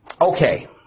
Okay